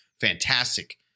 fantastic